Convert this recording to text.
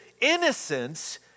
innocence